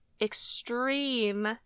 extreme